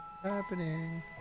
happening